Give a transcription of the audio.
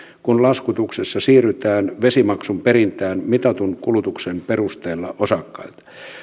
kun laskutuksessa siirrytään vesimaksun perintään mitatun kulutuksen perusteella osakkailta